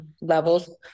levels